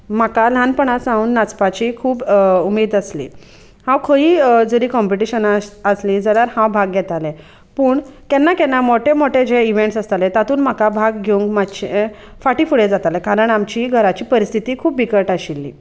म्हाका ल्हानपणां सावन नाचपाची खूब उमेद आसली हांव खंयीय जरी कॉम्पिटिशनां आसलीं जाल्यार हांव भाग घेतालें पूण केन्ना केन्ना मोटे मोटे जे इवेंट्स आसताले तातूंत म्हाका भाग घेवंक मातशे फाटीं फुडें जाताले कारण आमची घराची परिस्थिती खूब बिकट आशिल्ली